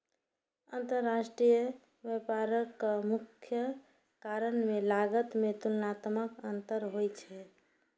अंतरराष्ट्रीय व्यापारक मुख्य कारण मे लागत मे तुलनात्मक अंतर होइ छै